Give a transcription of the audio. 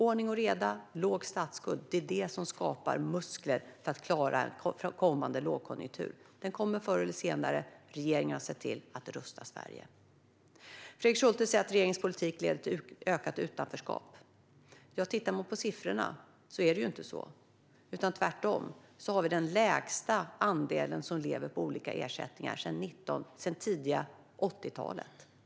Ordning och reda och låg statsskuld - det är det som skapar muskler för att klara en kommande lågkonjunktur. Den kommer förr eller senare, och regeringen har sett till att rusta Sverige. Fredrik Schulte säger att regeringens politik leder till ökat utanförskap. Tittar man på siffrorna ser man att det inte är så, utan vi har tvärtom den lägsta andelen som lever på olika ersättningar sedan tidigt 80-tal.